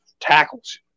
tackles